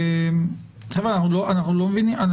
חבר'ה, אנחנו לא מבינים.